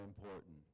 important